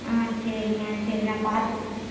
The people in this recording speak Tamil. ஆ சரிங்க சரி நான் பார்த்துக்